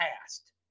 past